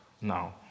Now